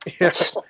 Yes